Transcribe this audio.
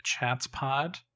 chatspod